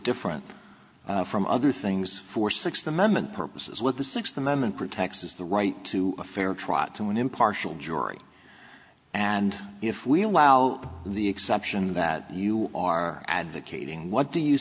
different from other things for sixth amendment purposes with the sixth amendment protects is the right to a fair trial to an impartial jury and if we allow the exception that you are advocating what